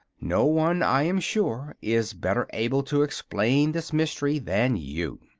no one, i am sure, is better able to explain this mystery than you.